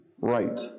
right